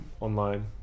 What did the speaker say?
online